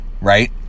right